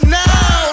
now